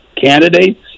candidates